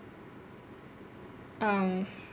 um